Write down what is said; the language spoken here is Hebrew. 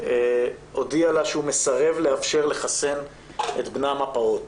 הודיע לה, שהוא מסרב לאפשר לה לחסן את בנם הפעוט.